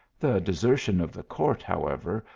the desertion of the court, however,